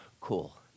cool